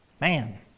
man